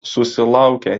susilaukė